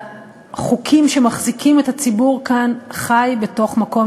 לחוקים שמחזיקים את הציבור כאן חי בתוך מקום